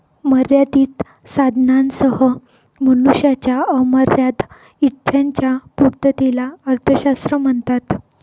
मर्यादित साधनांसह मनुष्याच्या अमर्याद इच्छांच्या पूर्ततेला अर्थशास्त्र म्हणतात